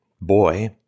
boy